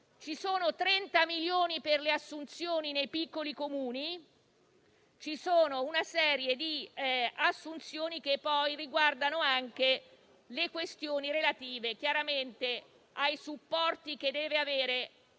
previsti 30 milioni per le assunzioni nei piccoli Comuni e una serie di assunzioni che riguardano le questioni relative ai supporti che deve avere